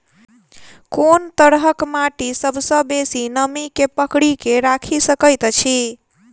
कोन तरहक माटि सबसँ बेसी नमी केँ पकड़ि केँ राखि सकैत अछि?